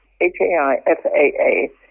H-A-I-F-A-A